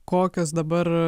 kokios dabar